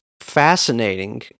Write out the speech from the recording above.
fascinating